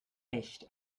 echt